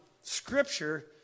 scripture